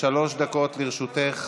שלוש דקות לרשותך,